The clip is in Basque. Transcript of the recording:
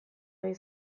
ari